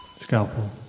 Scalpel